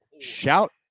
Shout